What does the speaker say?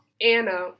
Anna